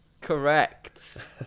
Correct